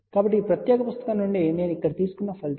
కాబట్టి ఈ ప్రత్యేక పుస్తకం నుండి నేను ఇక్కడ తీసుకున్న ఫలితాలు